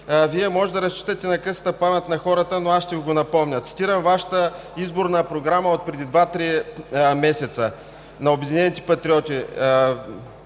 Вие можете да разчитате на късата памет на хората, но аз ще Ви го напомня. Цитирам предизборната програма от преди два-три месеца на „Обединените патриоти“